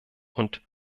und